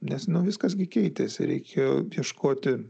nes nu viskas gi keitėsi reikėjo ieškoti